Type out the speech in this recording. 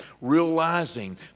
realizing